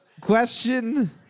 Question